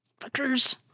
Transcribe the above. fuckers